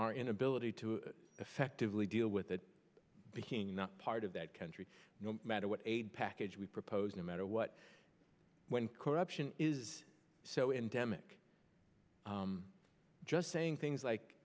our inability to effectively deal with that bikini not part of that country no matter what aid package we propose no matter what when corruption is so in demick just saying things like